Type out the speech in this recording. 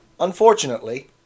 Unfortunately